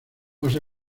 los